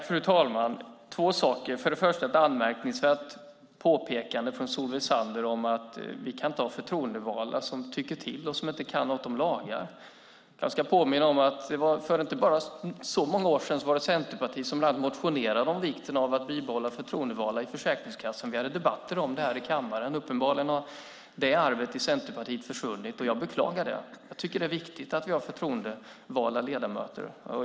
Fru talman! Två saker: För det första det anmärkningsvärda påpekandet från Solveig Zander att vi inte kan ha förtroendevalda som tycker till och som inte kan något om lagar. Jag ska påminna om att för inte så många år sedan motionerade Centerpartiet om vikten av att bibehålla förtroendevalda i Försäkringskassan. Vi hade debatter om det i kammaren. Uppenbarligen har det arbetet i Centerpartiet försvunnit, och jag beklagar det. Jag tycker att det är viktigt att vi har förtroendevalda ledamöter.